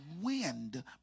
wind